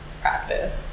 practice